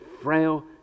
frail